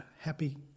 happy